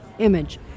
image